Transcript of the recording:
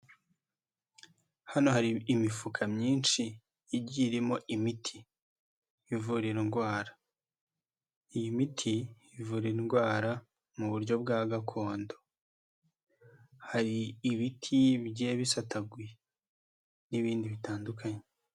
Hano hari imifuka myinshi, igiye irimo imiti ivura indwara, iyi miti ivura indwara mu buryo bwa gakondo. Hari ibiti bigiye bisataguye. N'ibindi bitandukanye.